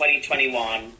2021